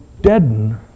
deaden